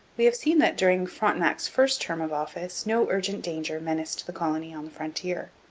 we have seen that during frontenac's first term of office no urgent danger menaced the colony on the frontier.